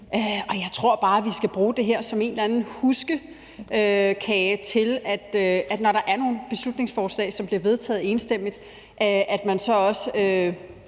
Og jeg tror bare, vi skal bruge det her som en huskekage, i forhold til at man, når der er nogle beslutningsforslag, som bliver vedtaget enstemmigt, så også